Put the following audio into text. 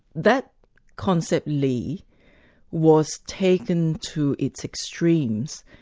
that concept li was taken to its extremes,